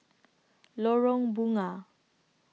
Lorong Bunga